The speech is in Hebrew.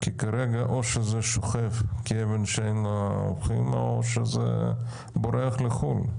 כי כרגע או שזה שוכב כאבן שאין לה הופכין או שזה בורח לחו"ל.